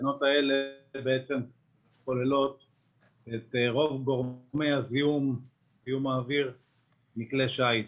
התקנות האלה כוללות את רוב גורמי הזיהום מכלי שיט,